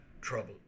trouble